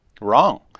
Wrong